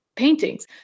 paintings